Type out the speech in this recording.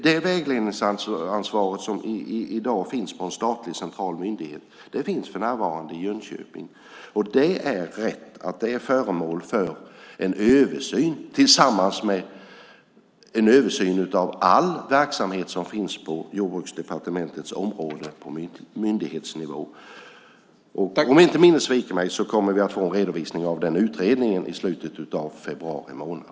Det vägledningsansvar som i dag finns på en statlig myndighet finns för närvarande i Jönköping. Det stämmer att det är föremål för översyn tillsammans med all verksamhet på myndighetsnivå inom Jordbruksdepartementets område. Om inte minnet sviker mig kommer vi att få en redovisning av den utredningen i slutet av februari månad.